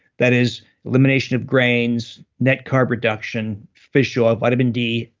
that is elimination of grains, net-carb reduction, fish oil, vitamin d,